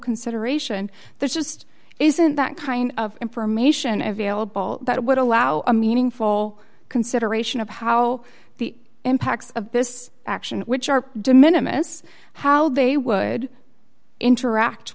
consideration there just isn't that kind of information available that would allow a meaningful consideration of how the impacts of this action which are de minimus how they would interact